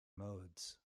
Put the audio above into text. modes